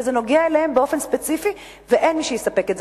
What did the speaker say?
זה נוגע אליהם באופן ספציפי ואין מי שיספק את זה.